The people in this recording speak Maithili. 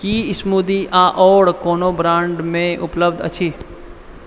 की स्मूदी आओर कोनो ब्राण्डमे उपलब्ध अछि